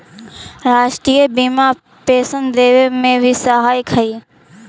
राष्ट्रीय बीमा पेंशन देवे में भी सहायक हई